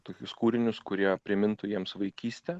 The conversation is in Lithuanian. tokius kūrinius kurie primintų jiems vaikystę